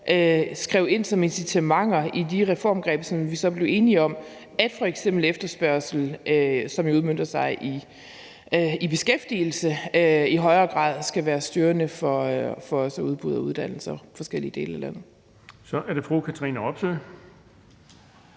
skrev ind som incitamenter i de reformgreb, som vi så blev enige om, at f.eks. efterspørgslen, som jo udmønter sig i beskæftigelse, i højere grad også skal være styrende for udbuddet af uddannelser i forskellige dele af landet. Kl. 14:24 Den fg.